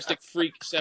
Freak